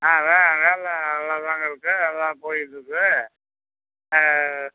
ஆ வே வேலை நல்லா தாங்க இருக்குது நல்லா போயிட்ருக்குது